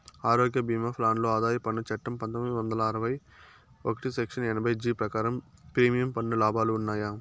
ఆరోగ్య భీమా ప్లాన్ లో ఆదాయ పన్ను చట్టం పందొమ్మిది వందల అరవై ఒకటి సెక్షన్ ఎనభై జీ ప్రకారం ప్రీమియం పన్ను లాభాలు ఉన్నాయా?